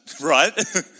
right